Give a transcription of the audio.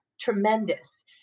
Tremendous